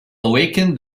awaken